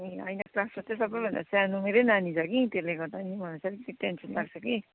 ए होइन क्लासमा चाहिँ सबैभन्दा सानो मेरै नानी छ कि त्यसले गर्दा नि मलाई चाहिँ अलिकति टेन्सन लाग्छ कि